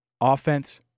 Offense